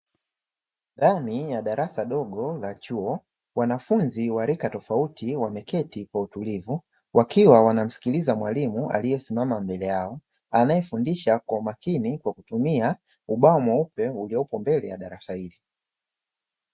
Ndani ya darasa dogo la chuo, wanafunzi wa rika tofauti wameketi kwa utulivu, wakiwa wanamsikiliza mwalimu aliyesimama mbele yao anayefundisha kwa makini, kwa kutumia ubao mweupe uliopo mbele ya darasa hili.